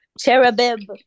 Cherubim